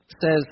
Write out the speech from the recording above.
says